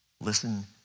Listen